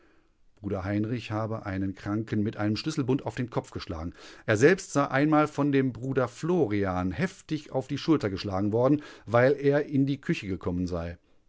bruder heinrich habe einen kranken mit einem schlüsselbund auf den kopf geschlagen er selbst sei einmal von dem bruder florian heftig auf die schulter geschlagen worden weil er in die küche gekommen sei